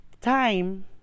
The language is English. time